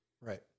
Right